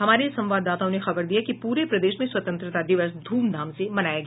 हमारे संवाददाताओं ने खबर दी है कि पूरे प्रदेश में स्वतंत्रता दिवस ध्मधाम से मनाया गया